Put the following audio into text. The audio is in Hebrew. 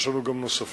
יש לנו גם נוספים,